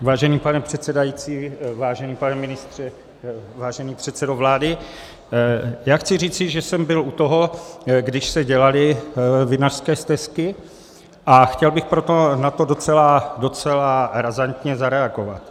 Vážený pane předsedající, vážený pane ministře, vážený předsedo vlády, chci říct, že jsem byl u toho, když se dělaly vinařské stezky, a chtěl bych proto na to docela razantně zareagovat.